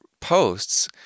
posts